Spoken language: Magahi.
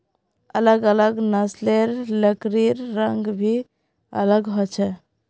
अलग अलग नस्लेर लकड़िर रंग भी अलग ह छे